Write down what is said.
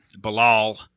balal